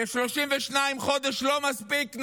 ו-32 חודש לא מספיק,